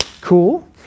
Cool